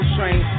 Train